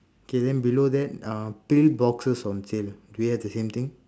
okay then below that uh pill boxes on sale do we have the same thing